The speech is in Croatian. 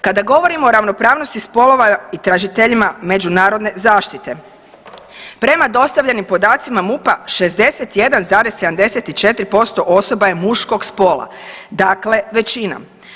Kada govorimo o ravnopravnosti spolova i tražiteljima međunarodne zaštite, prema dostavljenim podacima MUP-a 61,74% osoba je muškog spola, dakle većina.